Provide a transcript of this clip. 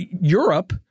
Europe